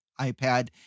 iPad